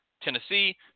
Tennessee